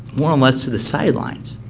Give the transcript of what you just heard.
more or less to the sidelines.